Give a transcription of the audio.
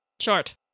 Short